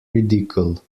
ridicule